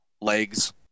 legs